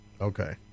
Okay